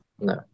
No